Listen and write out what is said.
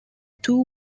two